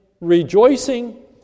rejoicing